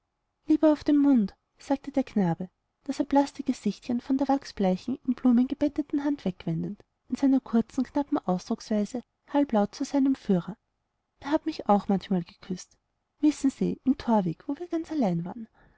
lieber auf den mund sagte der knabe das erblaßte gesichtchen von der wachsbleichen in blumen gebetteten hand wegwendend in seiner kurzen knappen ausdrucksweise halblaut zu seinem führer er hat mich auch manchmal geküßt wissen sie im thorweg wo wir ganz allein waren